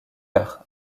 heure